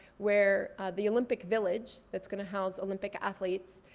where the olympic village that's gonna house olympic athletes,